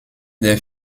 der